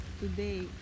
today